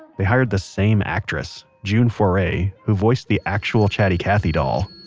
they hired the same actress, june foray, who voiced the actual chatty cathy doll